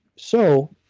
so,